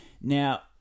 now